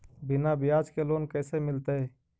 बिना ब्याज के लोन कैसे मिलतै?